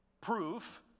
proof